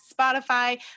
Spotify